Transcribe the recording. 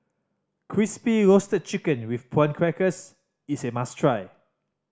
Crispy Roasted Chicken with Prawn Crackers is a must try